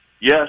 yes